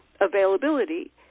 availability